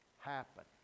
happen